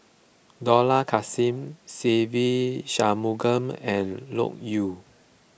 Dollah Kassim Se Ve Shanmugam and Loke Yew